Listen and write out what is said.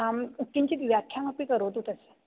आं किञ्चित् व्याख्यामपि करोतु तस्य